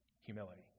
humility